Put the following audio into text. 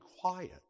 quiet